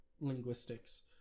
linguistics